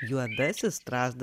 juodasis strazdas